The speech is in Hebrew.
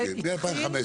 אוקיי, זה מ-2015.